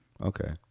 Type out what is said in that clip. Okay